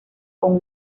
con